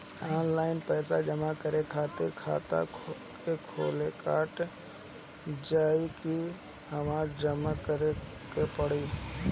Online पैसा जमा करे खातिर खाता से खुदे कट जाई कि हमरा जमा करें के पड़ी?